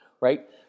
right